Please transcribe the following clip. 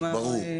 ברור.